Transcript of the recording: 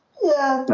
yeah,